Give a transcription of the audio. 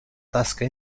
tasca